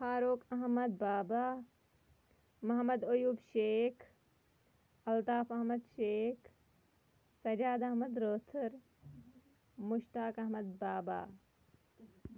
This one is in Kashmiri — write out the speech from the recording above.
فاروق احمد بابا محمد ایوٗب شیخ الطاف احمد شیخ سجاد احمد رٲتھٕر مُشتاق احمد بابا